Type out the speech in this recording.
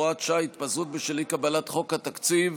הוראת שעה) (התפזרות בשל אי-קבלת חוק תקציב),